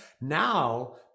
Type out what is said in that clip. now